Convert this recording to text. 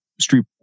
street